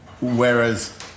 Whereas